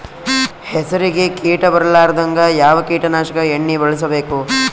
ಹೆಸರಿಗಿ ಕೀಟ ಬರಲಾರದಂಗ ಯಾವ ಕೀಟನಾಶಕ ಎಣ್ಣಿಬಳಸಬೇಕು?